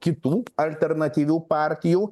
kitų alternatyvių partijų